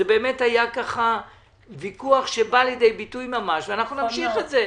זה באמת היה ויכוח שבא לידי ביטוי ממש ואנחנו נמשיך את זה.